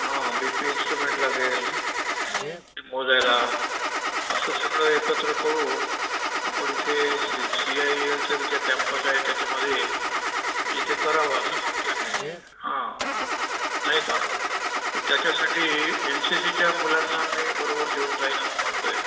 हां B P instrument लागेल ते मोजायला असं सगळं एकत्र करून आपण इथे सी सी आय एलचं जे कॅम्पस आहे त्याच्यामध्ये तिथे करावा असं म्हणतो आहे मी हां नाही का तर त्याच्यासाठी एन सी सीच्या मुलांना मी बरोबर घेऊन जाईन असं म्हणतो आहे